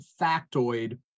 factoid